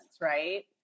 right